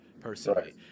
personally